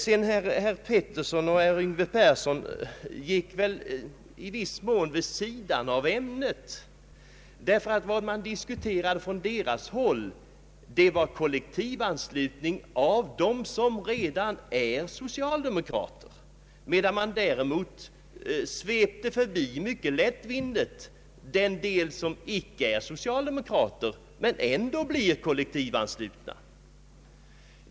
Herrar Georg Pettersson och Yngve Persson gick i viss mån vid sidan av ämnet, ty vad de diskuterade var kollektivanslutning av dem som redan är socialdemokrater, medan de däremot mycket lättvindigt svepte förbi dem som icke är socialdemokrater men ändå blir kollektivanslutna.